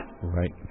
Right